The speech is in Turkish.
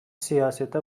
siyasete